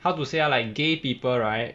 how to say ah like gay people right